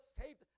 saved